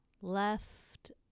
left